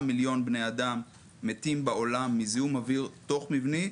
מיליון בני אדם מתים בעולם מזיהום אוויר תוך מבני,